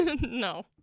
no